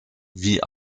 wie